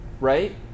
right